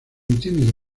tímido